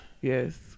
Yes